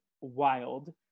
wild